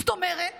זאת אומרת